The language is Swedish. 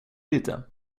lite